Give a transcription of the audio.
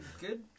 good